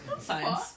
science